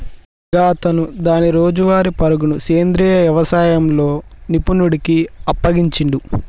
గాతను దాని రోజువారీ పరుగును సెంద్రీయ యవసాయంలో నిపుణుడికి అప్పగించిండు